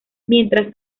mientras